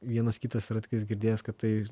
vienas kitas yra tiktais girdėjęs kad tai